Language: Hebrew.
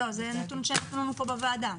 זה נתון שמסרו לנו כאן בוועדה.